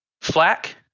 flak